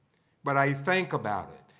but i think about it.